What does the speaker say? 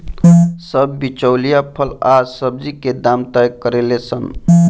सब बिचौलिया फल आ सब्जी के दाम तय करेले सन